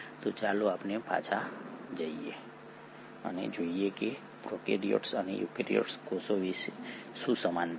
તો ચાલો આપણે પાછા જઈએ અને જોઈએ કે પ્રોકેરિયોટિક અને યુકેરીયોટિક કોષો વચ્ચે શું સમાનતા છે